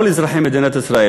כל אזרחי מדינת ישראל,